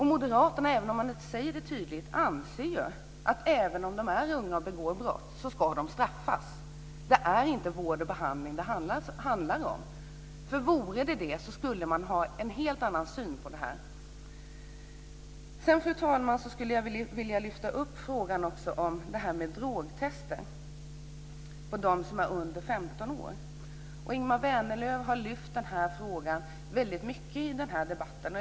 Även om man inte säger det tydligt anser ju moderaterna att de som begår brott ska straffas även om de är unga. Det är inte vård och behandling det handlar om. Vore det så skulle man ha en helt annan syn på det här. Sedan, fru talman, skulle jag vilja lyfta fram frågan om drogtester på dem som är under 15 år. Ingemar Vänerlöv har framhållit den här frågan väldigt mycket i den här debatten.